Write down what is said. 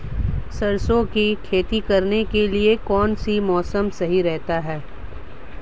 सरसों की खेती करने के लिए कौनसा मौसम सही रहता है?